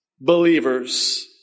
believers